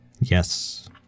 Yes